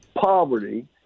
poverty